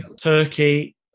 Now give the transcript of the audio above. turkey